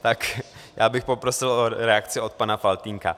Tak bych poprosil o reakci od pana Faltýnka.